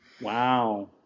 Wow